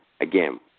Again